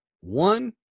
one